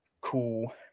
cool